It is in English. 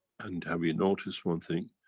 and have you noticed one thing?